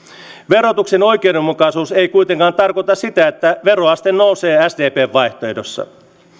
verotuksen oikeudenmukaisuus ei kuitenkaan tarkoita sitä että veroaste nousee sdpn vaihtoehdossa